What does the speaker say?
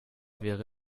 wäre